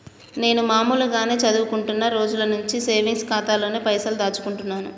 నేను మామూలుగానే చదువుకుంటున్న రోజుల నుంచి సేవింగ్స్ ఖాతాలోనే పైసలు దాచుకుంటున్నాను